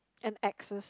and axes